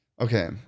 Okay